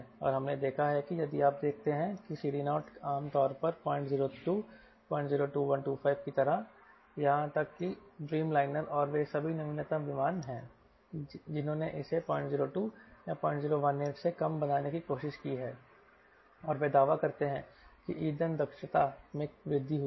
और हमने देखा है कि यदि आप देखते हैं कि CD0 आम तौर पर 002 002125 की तरह यहां तक कि ड्रीमलाइनर और वे सभी नवीनतम विमान हैं जिन्होंने इसे 002 0018 से कम बनाने की कोशिश की है और वे दावा करते हैं कि ईंधन दक्षता में वृद्धि हुई है